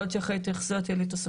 יכול להיות שאחרי זה יהיה לי תוספות,